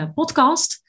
podcast